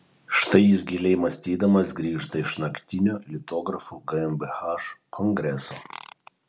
štai jis giliai mąstydamas grįžta iš naktinio litografų gmbh kongreso